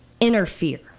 interfere